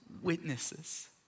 witnesses